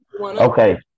Okay